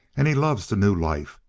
and he loves the new life.